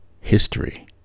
history